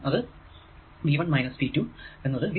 അത് V 1 minus V 2 എന്നത് V0